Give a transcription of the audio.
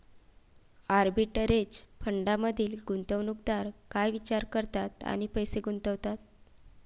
Arbitrage फंडांमधील गुंतवणूकदार काय विचार करतात आणि पैसे गुंतवतात?